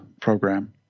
program